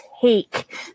take